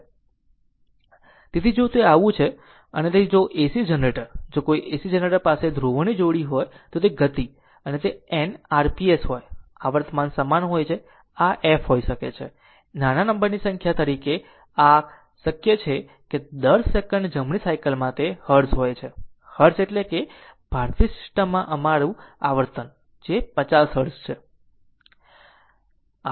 તેથી જો તે આવું છે તો તેથી જો કોઈ AC જનરેટર જો કોઈ AC જનરેટર પાસે ધ્રુવોની જોડી હોય તો તે ગતિ અને N r p s હોય છે આવર્તન સમાન હોય છે આ f હોઈ શકે છે નાના નંબરની સંખ્યા તરીકે આp શકાય દર સેકન્ડ જમણા સાયકલ માં હર્ટ્ઝ હોય છે હર્ટ્ઝ હોય છે કે ભારતીય સિસ્ટમમાં અમારી આવર્તન 50 હર્ટ્ઝ છે